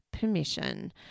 permission